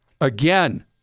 Again